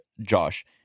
Josh